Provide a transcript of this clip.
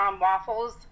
Waffles